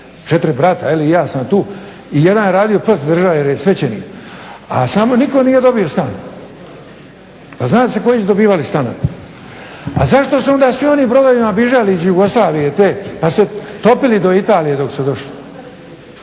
Četiri brata, je li i ja sam tu, i jedan radio protiv države jer je svećenik a samo nitko nije dobio stan. Pa znade se koji su dobivali stanove. A zašto su onda svi oni brodovima bježali iz Jugoslavije te, pa se topili do Italije dok su došli.